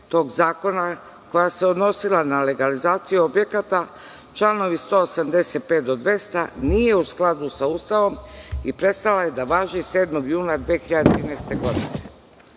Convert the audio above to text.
tog Zakona, koja se odnosila na legalizaciju objekata, članovi 185. do 200, nije u skladu sa Ustavom i prestala je da važi 7. juna 2013.